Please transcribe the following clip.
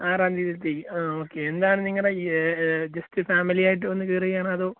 ആറാം തീയതിത്തേയ്ക്ക് ആ ഓക്കെ എന്താണ് നിങ്ങളുടെ ജസ്റ്റ് ഫാമിലിയായിട്ട് വന്ന് കയറുകയാണോ അതോ